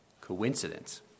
coincidence